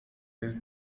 jest